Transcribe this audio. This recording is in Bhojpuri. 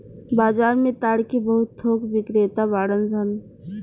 बाजार में ताड़ के बहुत थोक बिक्रेता बाड़न सन